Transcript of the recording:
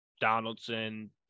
Donaldson